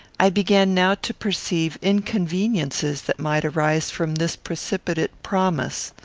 i began now to perceive inconveniences that might arise from this precipitate promise.